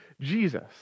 Jesus